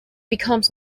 becomes